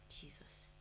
Jesus